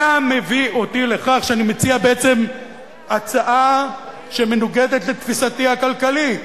מה מביא אותי לכך שאני מציע בעצם הצעה שמנוגדת לתפיסתי הכלכלית,